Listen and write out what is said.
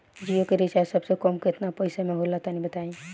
जियो के रिचार्ज सबसे कम केतना पईसा म होला तनि बताई?